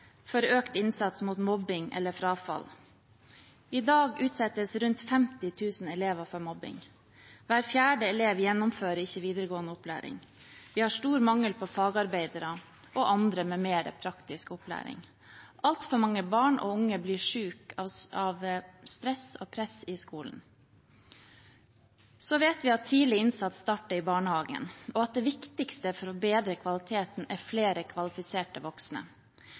for økt innsats mot mobbing eller mot frafall. I dag utsettes rundt 50 000 elever for mobbing. Hver fjerde elev gjennomfører ikke videregående opplæring. Vi har stor mangel på fagarbeidere og andre med mer praktisk opplæring. Altfor mange barn og unge blir syke av stress og press i skolen. Så vet vi at tidlig innsats starter i barnehagen, og at det viktigste for å bedre kvaliteten er flere kvalifiserte voksne.